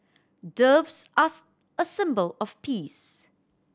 doves are a symbol of peace